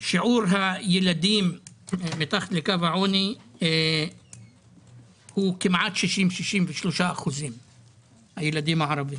שיעור הילדים מתחת לקו העוני הוא כמעט 63% מהילדים הערבים.